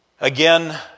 Again